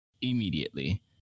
immediately